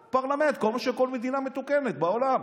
פרלמנט, כמו שבכל מדינה מתוקנת בעולם?